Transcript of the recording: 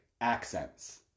accents